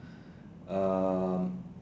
um